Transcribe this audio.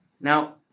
Now